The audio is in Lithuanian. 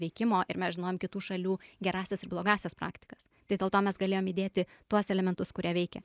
veikimo ir mes žinojom kitų šalių gerąsias ir blogąsias praktikas tai dėl to mes galėjom įdėti tuos elementus kurie veikia